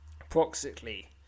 approximately